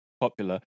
popular